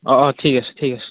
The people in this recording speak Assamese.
অ অ ঠিক আছে ঠিক আছে